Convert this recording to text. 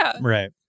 Right